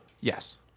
yes